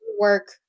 work